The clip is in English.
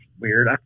weird